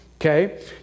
Okay